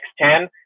X10